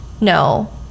No